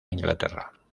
inglaterra